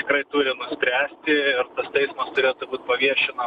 tikrai turi nuspręsti ir teismas turėtų būt paviešinamas